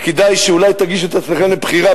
וכדאי שאולי תגישו את עצמכם לבחירה.